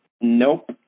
Nope